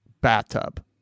bathtub